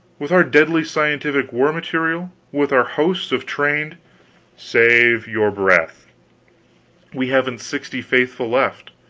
with our deadly scientific war-material with our hosts of trained save your breath we haven't sixty faithful left!